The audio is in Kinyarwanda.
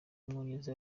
w’umwongereza